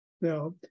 Now